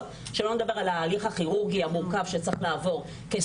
- שלא לדבר על ההליך הכירורגי המורכב שצריך לעבור כדי לעשות את זה.